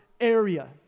area